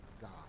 God